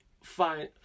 Fine